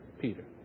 Peter